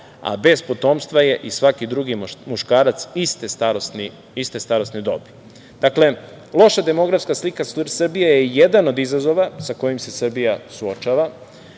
a bez potomstva je i svaki drugi muškarac iste starosne dobi. Dakle, loša demografska slika Srbije je jadan od izazova sa kojim se Srbija suočava.